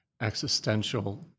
existential